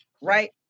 right